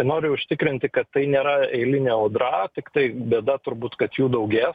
noriu užtikrinti kad tai nėra eilinė audra tiktai bėda turbūt kad jų daugėja